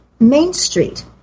MainStreet